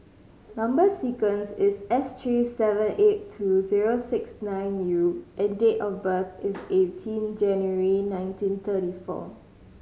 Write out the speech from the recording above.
number sequence is S three seven eight two zero six nine U and date of birth is eighteen January nineteen thirty four